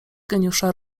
geniusza